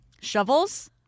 Shovels